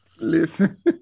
Listen